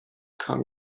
bekam